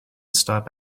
stop